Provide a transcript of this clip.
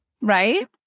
right